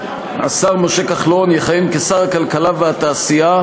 השר משה כחלון יכהן כשר הכלכלה והתעשייה,